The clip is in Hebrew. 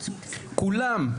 כולם.